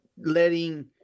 letting